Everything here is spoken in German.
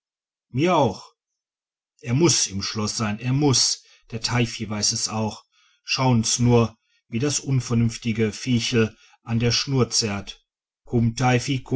mir auch er muß im schloß sein er muß der teifi weiß es auch schauen's nur wie das unvernünftige viechel an der schnur zerrt